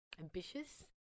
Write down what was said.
ambitious